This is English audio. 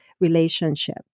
relationship